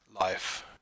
life